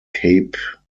cape